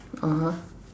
(uh huh)